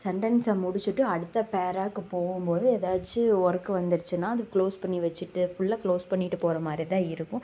சென்டன்சை முடித்துட்டு அடுத்த பேராவுக்கு போகும்போது எதாச்சு ஒர்க் வந்துடுச்சின்னால் அது குளோஸ் பண்ணி வச்சிட்டு ஃபுல்லாக குளோஸ் பண்ணிட்டுப் போகிற மாதிரி தான் இருக்கும்